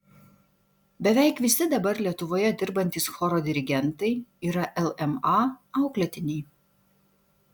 beveik visi dabar lietuvoje dirbantys choro dirigentai yra lma auklėtiniai